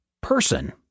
person